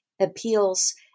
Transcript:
appeals